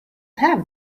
have